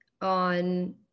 on